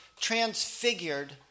transfigured